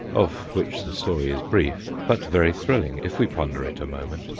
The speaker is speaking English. of which the story is brief, but very thrilling if we ponder it a moment.